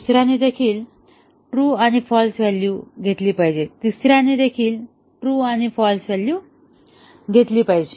दुसऱ्याने देखील ट्रू आणि फाल्स व्हॅल्यू घेतली पाहिजे तिसऱ्याने देखील ट्रू आणि फाल्स व्हॅल्यू घेतली पाहिजे